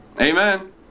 Amen